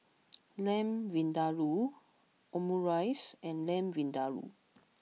Lamb Vindaloo Omurice and Lamb Vindaloo